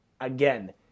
again